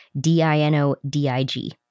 D-I-N-O-D-I-G